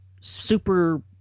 super